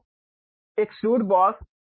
तो extrude boss